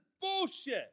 bullshit